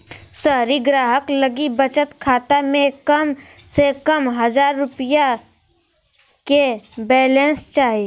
शहरी ग्राहक लगी बचत खाता में कम से कम हजार रुपया के बैलेंस चाही